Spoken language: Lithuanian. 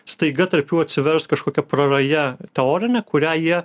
staiga tarp jų atsivers kažkokia praraja teorinė kurią jie